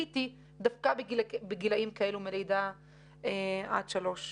גם נציגי הגנים הפרטיים ביקשו את אותן בקשות מטעמים כלכליים.